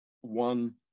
one